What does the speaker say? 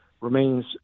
remains